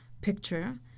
picture